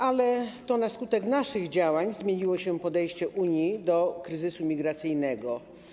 Ale to na skutek naszych działań zmieniło się podejście Unii do kryzysu migracyjnego.